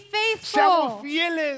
faithful